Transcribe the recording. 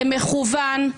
זה מכוון.